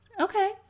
Okay